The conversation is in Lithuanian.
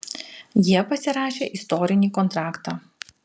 jie pasirašė istorinį kontraktą